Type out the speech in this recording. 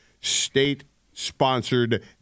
state-sponsored